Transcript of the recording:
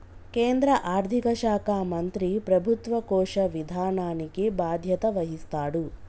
కేంద్ర ఆర్థిక శాఖ మంత్రి ప్రభుత్వ కోశ విధానానికి బాధ్యత వహిస్తాడు